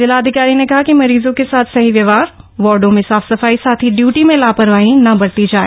जिलाधिकारी ने कहा कि मरीजों के साथ सही व्यवहार वार्डो में साफ सफाई साथ ही ड्यूटी में लापरवाही न बरती जाए